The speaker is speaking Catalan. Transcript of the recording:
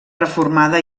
reformada